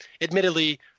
admittedly